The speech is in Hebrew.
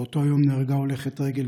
באותו היום נהרגה הולכת רגל,